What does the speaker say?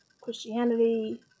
Christianity